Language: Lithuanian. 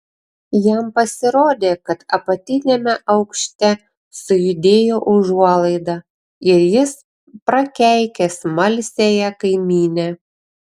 jam pasirodė kad apatiniame aukšte sujudėjo užuolaida ir jis prakeikė smalsiąją kaimynę